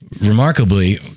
Remarkably